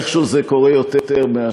איכשהו זה קורה יותר מאשר,